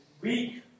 weak